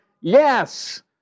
Yes